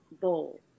bowl